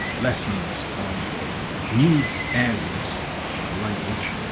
lessons on new areas of the language